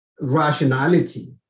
rationality